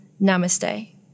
Namaste